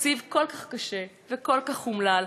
התקציב כל כך קשה וכל כך אומלל.